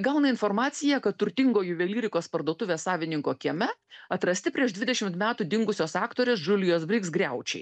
gauna informaciją kad turtingo juvelyrikos parduotuvės savininko kieme atrasti prieš dvidešimt metų dingusios aktorės džulijos brigs griaučiai